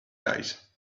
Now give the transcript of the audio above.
guys